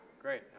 Great